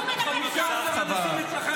אבל זו לא הסוגיה.